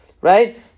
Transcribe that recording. Right